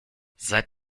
seit